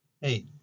Hey